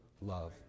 love